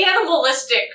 animalistic